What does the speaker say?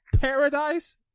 Paradise